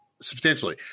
substantially